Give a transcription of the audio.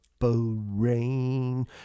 Rain